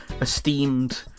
esteemed